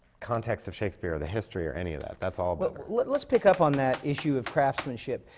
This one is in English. context of shakespeare or the history or any of that. that's all but well, let's pick up on that issue of craftsmanship,